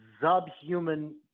subhuman